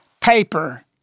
paper